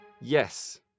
Yes